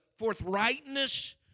forthrightness